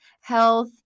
health